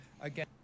again